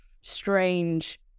strange